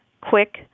quick